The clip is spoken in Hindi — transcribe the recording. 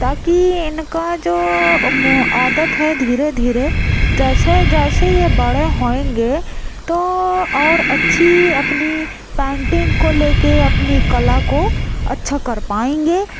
ताकि इनका जो आदत है धीरे धीरे जैसे जैसे यह बड़े होएंगे तो और अच्छी अपनी पैंटिंग को लेकर अपनी कला को अच्छा कर पाएंगे